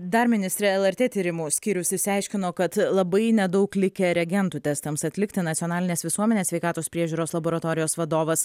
dar ministre lrt tyrimų skyrius išsiaiškino kad labai nedaug likę reagentų testams atlikti nacionalinės visuomenės sveikatos priežiūros laboratorijos vadovas